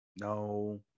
no